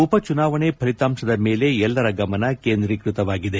ಉಪಚುನಾವಣೆ ಫಲಿತಾಂಶದ ಮೇಲೆ ಎಲ್ಲರ ಗಮನ ಕೇಂದ್ರೀಕೃತವಾಗಿದೆ